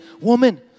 woman